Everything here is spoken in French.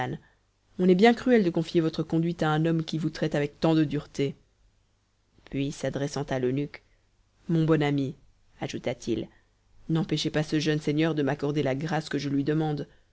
on est bien cruel de confier votre conduite à un homme qui vous traite avec tant de dureté puis s'adressant à l'eunuque mon bon ami ajouta-t-il n'empêchez pas ce jeune seigneur de m'accorder la grâce que je lui demande